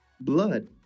Blood